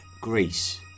Greece